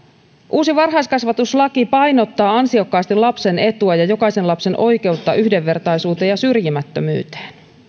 uusi varhaiskasvatuslaki painottaa ansiokkaasti lapsen etua ja jokaisen lapsen oikeutta yhdenvertaisuuteen ja syrjimättömyyteen